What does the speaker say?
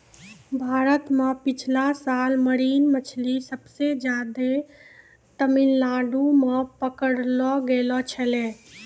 भारत मॅ पिछला साल मरीन मछली सबसे ज्यादे तमिलनाडू मॅ पकड़लो गेलो छेलै